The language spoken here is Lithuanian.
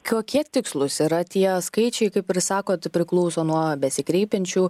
kokie tikslūs yra tie skaičiai kaip ir sakot priklauso nuo besikreipiančių